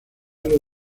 los